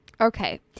Okay